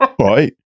right